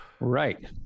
right